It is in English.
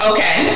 Okay